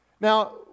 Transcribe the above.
Now